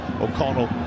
O'Connell